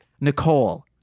Nicole